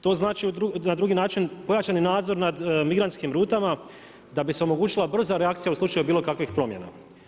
To znači na drugi način pojačan nadzor nad migrantskim rutama, da bi se omogućila brza reakcija u slučaju bilo kakvih promjena.